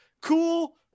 Cool